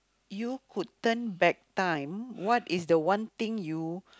you could turn back time what is the one thing you